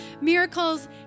miracles